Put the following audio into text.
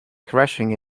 crashing